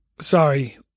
Sorry